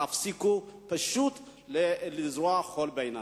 פשוט תפסיקו לזרות חול בעיניים.